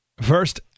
First